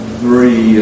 three